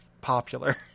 popular